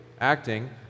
acting